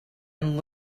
amb